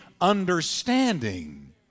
understanding